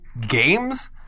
games